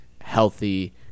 healthy